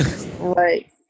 Right